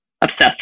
obsessed